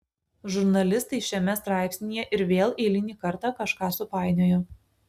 žurnalistai šiame straipsnyje ir vėl eilinį kartą kažką supainiojo